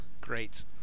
Great